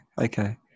okay